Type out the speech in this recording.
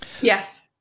yes